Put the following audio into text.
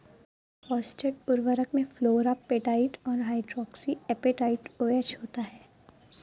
phosphate उर्वरक में fluorapatite और हाइड्रोक्सी एपेटाइट ओएच होता है